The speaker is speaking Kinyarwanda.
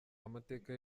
amateka